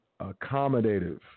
accommodative